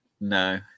No